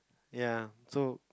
ya so